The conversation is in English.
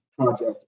Project